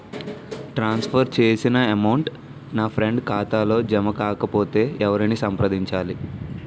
ట్రాన్స్ for చేసిన amount నా friend ఖాతాలో జమ కాకపొతే ఎవరిని సంప్రదించాలి?